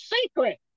secret